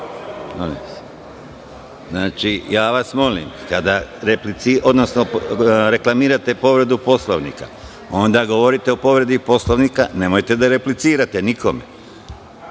molim vas, kada reklamirate povredu Poslovnika onda govorite o povredi Poslovnika, nemojte da replicirate nikome. Reč